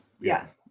Yes